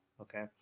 okay